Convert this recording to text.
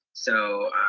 so